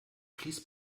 fleece